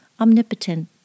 Omnipotent